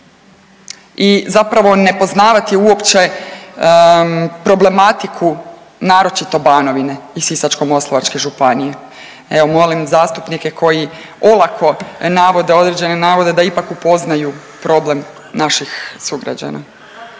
i zapravo ne poznavati uopće problematiku, naročito Banovine i Sisačko-moslavačke županije. Evo molim zastupnike koji olako navode određene navode da ipak upoznaju problem naših sugrađana.